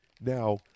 Now